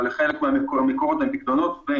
אבל חלק מהמקורות הם פיקדונות של